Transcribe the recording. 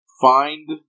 find